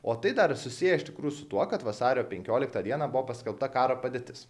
o tai dar susiję iš tikrųjų su tuo kad vasario penkioliktą dieną buvo paskelbta karo padėtis